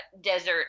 desert